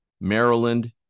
Maryland